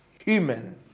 human